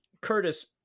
Curtis